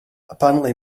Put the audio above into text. apparently